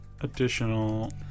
additional